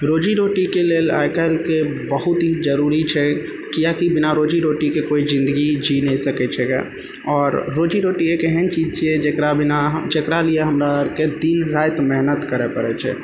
रोजी रोटीके लेल आइ काल्हिके बहुत ही जरूरी छै किए कि बिना रोजी रोटीके कोइ जिन्दगी जी नहि सकैत छै गे आओर रोजी रोटी एक एहन चीज छियै जेकरा बिना अहाँ जेकरा लिए हमरा आरके दिन राति मेहनत करऽ पड़ै छै